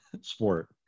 sport